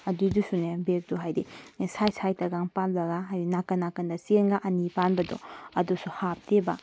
ꯑꯗꯨꯗꯨꯁꯨꯅꯦ ꯕꯦꯒꯇꯣ ꯍꯥꯏꯗꯤ ꯁꯥꯏꯗ ꯁꯥꯏꯗꯇꯒ ꯄꯜꯂꯒ ꯍꯥꯏꯗꯤ ꯅꯥꯀꯟ ꯅꯥꯀꯟꯗ ꯆꯦꯟꯒ ꯑꯅꯤ ꯄꯥꯟꯕꯗꯣ ꯑꯗꯨꯁꯨ ꯍꯥꯞꯇꯦꯕ